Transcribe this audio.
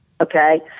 okay